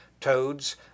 toads